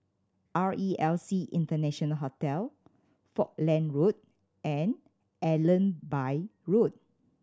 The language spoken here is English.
R E L C International Hotel Falkland Road and Allenby Road